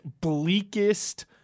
bleakest